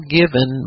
given